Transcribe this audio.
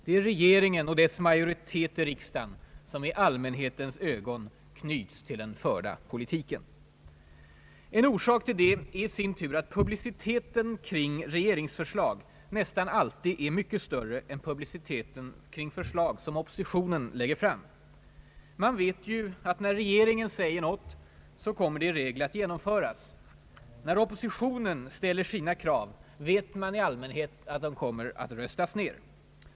Det är regeringen och dess majoritet i riksdagen som i allmänhetens ögon knyts till den förda politiken. En orsak till det är i sin tur att publiciteten kring regeringsförslag nästan alltid är mycket större än publiciteten kring förslag som oppositionen lägger fram. Man vet ju att när regeringen säger något så kommer det i regel att genomföras. När oppositionen ställer sina krav vet man att de i allmänhet röstas ner.